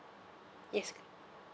yes